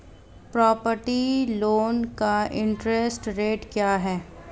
Property loan का interest rate क्या है?